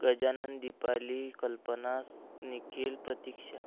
गजानन दिपाली कल्पना स निखिल प्रतिक्षा